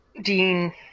Dean